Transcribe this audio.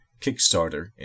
Kickstarter